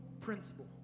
principle